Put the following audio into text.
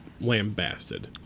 lambasted